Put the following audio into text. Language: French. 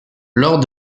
lors